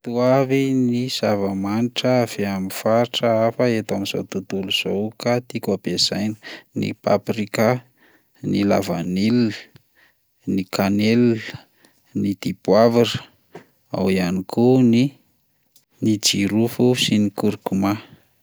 Reto avy ny zava-manitra avy amin'ny faritra hafa eto amin'zao tontolo zao ka tiako ampiasaina: ny paprika, ny lavanila, ny kanelina, ny dipoavra, ao ihany koa ny- ny jirofo sy ny curcuma.